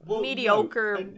mediocre